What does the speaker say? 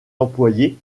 employés